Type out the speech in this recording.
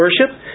worship